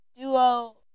duo